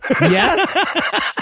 Yes